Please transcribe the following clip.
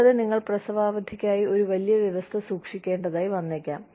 കൂടാതെ നിങ്ങൾ പ്രസവാവധിക്കായി ഒരു വലിയ വ്യവസ്ഥ സൂക്ഷിക്കേണ്ടതായി വന്നേക്കാം